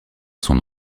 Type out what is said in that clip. son